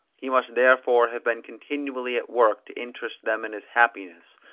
he must therefore have been continually at work to interest them in his happiness,